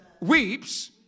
weeps